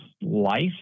life